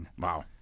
Wow